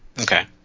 Okay